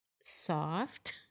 soft